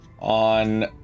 on